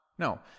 No